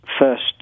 first